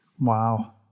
Wow